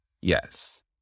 Yes